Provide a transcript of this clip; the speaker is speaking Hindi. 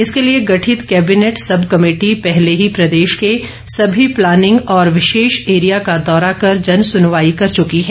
इसके लिए गठित कैबिनेट सब कमेटी पहले ही प्रदेश के सभी प्लानिंग और विशेष एरिया का दौरा कर जनसुनवाई कर चुकी है